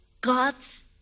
God's